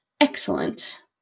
excellent